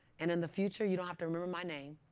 and in the future, you don't have to remember my name.